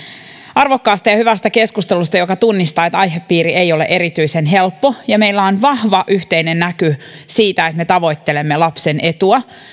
arvokkaasta ja hyvästä keskustelusta joka tunnistaa että aihepiiri ei ole erityisen helppo meillä on vahva yhteinen näky siitä että me tavoittelemme lapsen etua